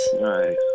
Nice